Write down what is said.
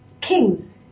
kings